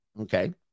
Okay